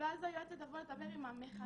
אז היועצת תבוא לדבר עם המחנך.